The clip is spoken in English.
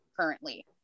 currently